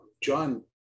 John